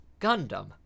gundam